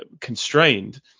constrained